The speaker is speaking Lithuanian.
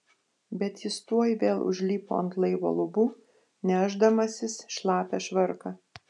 bet jis tuoj vėl užlipo ant laivo lubų nešdamasis šlapią švarką